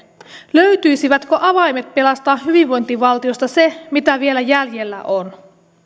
löytyisivätkö avaimet pelastaa hyvinvointivaltiosta se mitä vielä jäljellä on